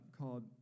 called